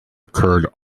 occurred